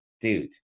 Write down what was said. dude